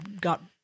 got